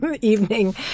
evening